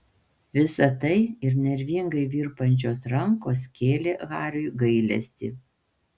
visa tai ir nervingai virpančios rankos kėlė hariui gailestį